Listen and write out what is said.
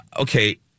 okay